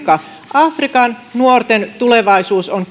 afrikan myös afrikan nuorten tulevaisuus on